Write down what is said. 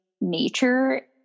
nature